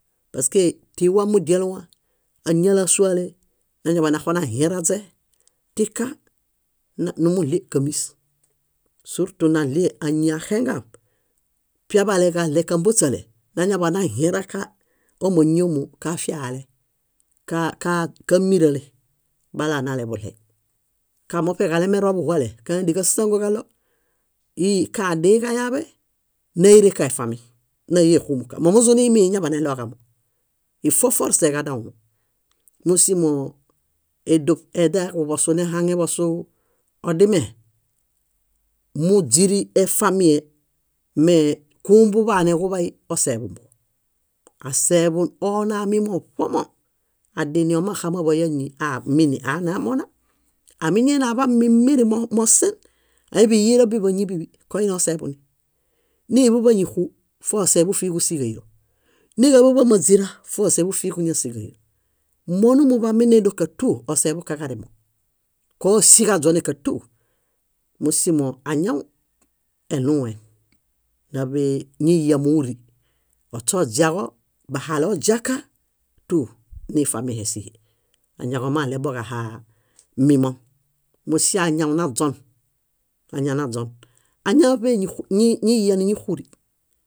. Paske tíwamudialũwa, áñaleasuale nañaḃaanaxunahiẽraźe tĩka nimuɭe kámis. Súrtu naɭie áñi axengaom, piaḃaleġaɭe ġambaśale, nañaḃanahiẽraka ámañiomu kafiale, kámirale balanaleḃuɭey. Kamuṗeġalemero buhuale, káñadianiġasangoġaɭo íi kaadĩiġayaaḃe, néirẽka efami náiexumuka. Momuzuniimi éñaḃaneɭoġamo, ifo forseġanaumo. Mósimo édoṗ edaeġuḃosu nahaŋeḃosu odimẽ, múźiri efamie me kumbuḃaane kuḃay oseḃubuġo. Aseḃun ona mimo ṗomo. Adini omaxamaḃay áñi, aa mini añamona? Amiñaini aḃamin mirin mosen, áiḃiyiera bíḃañibiḃi, koini oseḃuni. Niḃaḃa ñíxu, foseḃu fíhiġusiġairo. Niġaḃaḃa máźira, foseḃu fíhiġuñasiġairo. Monumuḃami nédokatu oseḃukaġarimo. Kósiġaźonẽkatú. Músimo añaw eɭũuem, náḃe ñiyya móuri: óśoźiaġo, bahale oźiaka, tú nifamihe síhi. Añaġomaɭeboġahaa mimo. Mósie añaw naźon, añaźon. Añaw áḃe níxu- niyya níñixuri.